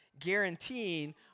guaranteeing